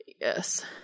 Yes